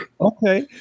Okay